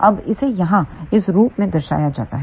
अब इसे यहाँ इस रूप में दर्शाया जाता है